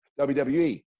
WWE